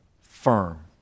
firm